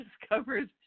discovers